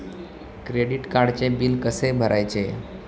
Credit कार्डचे bill कसे भरायचे?